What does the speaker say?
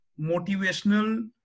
motivational